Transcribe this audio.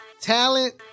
talent